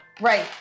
Right